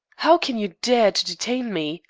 how can you dare to detain me?